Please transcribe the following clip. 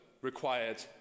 required